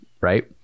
right